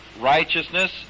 righteousness